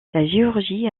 géorgie